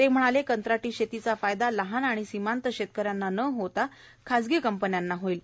ते म्हणाले कंत्राटी शेतीचा फायदा लहान व सिमांत शेतक यांना न होता खाजगी कंपन्यांना होईल